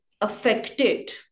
affected